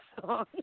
song